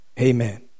Amen